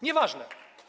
Nieważne.